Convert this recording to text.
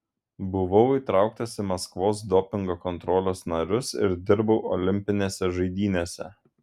buvau įtrauktas į maskvos dopingo kontrolės narius ir dirbau olimpinėse žaidynėse